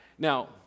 Now